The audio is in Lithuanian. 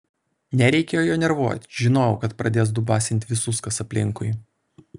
nereikėjo jo nervuot žinojau kad pradės dubasint visus kas aplinkui